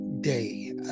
day